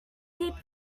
deep